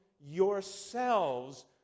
yourselves